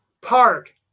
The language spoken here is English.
park